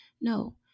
No